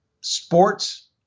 sports